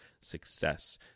success